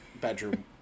bedroom